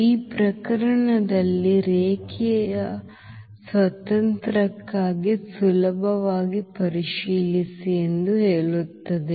ಈ ಪ್ರಕರಣದಲ್ಲಿ ರೇಖೀಯ ಸ್ವತಂತ್ರಕ್ಕಾಗಿ ಸುಲಭವಾಗಿ ಪರಿಶೀಲಿಸಿ ಎಂದು ಹೇಳುತ್ತದೆ